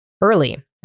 early